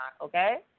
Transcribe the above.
okay